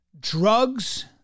drugs